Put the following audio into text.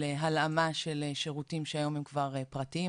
הלאמה של שירותים שהיום הם כבר פרטיים,